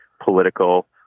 political